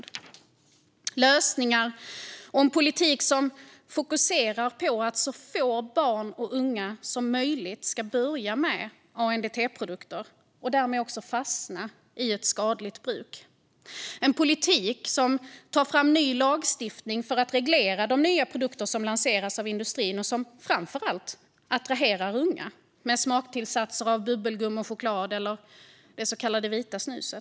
Det krävs lösningar och en politik som fokuserar på att så få barn och unga som möjligt ska börja med ANDT-produkter och därmed fastna i ett skadligt bruk. Det krävs en politik som tar fram ny lagstiftning för att reglera de nya produkter som lanseras av industrin och som framför allt attraherar unga, med smaktillsatser av bubbelgum eller choklad eller det så kallade vita snuset.